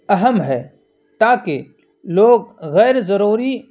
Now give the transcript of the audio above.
اہم ہے تاکہ لوگ غیر ضروری